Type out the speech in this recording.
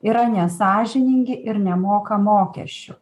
yra nesąžiningi ir nemoka mokesčių